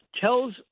Tells